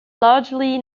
largely